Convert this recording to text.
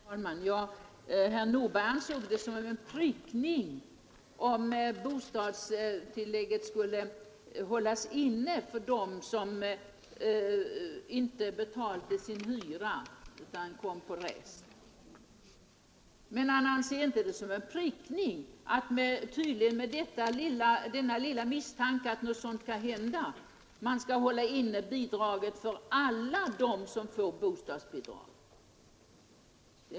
Herr talman! Herr Nordberg ansåg det vara en prickning om bostadstillägget skulle hållas inne för dem som inte betalade sin hyra utan kom på rest. Men han betraktade det tydligen inte som en prickning att man på blotta misstanken att något sådant kan hända skall hålla inne bidraget för alla dem som får bostadsbidrag.